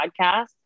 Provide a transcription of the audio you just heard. podcast